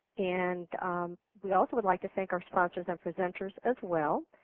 and we also would like to thank our sponsors and presenters as well.